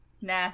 Nah